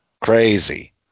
Crazy